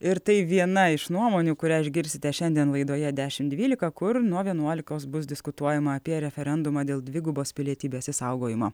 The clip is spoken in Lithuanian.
ir tai viena iš nuomonių kurią išgirsite šiandien laidoje dešim dvylika kur nuo vienuolikos bus diskutuojama apie referendumą dėl dvigubos pilietybės išsaugojimo